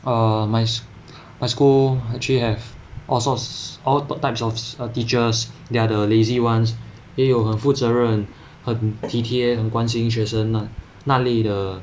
err my my school actually have all sorts all types of teachers they are the lazy ones 也有很负责任很体贴很关心学生那那里的